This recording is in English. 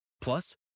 Plus